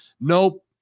nope